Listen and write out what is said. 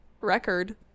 record